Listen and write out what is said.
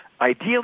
Ideally